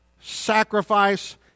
sacrifice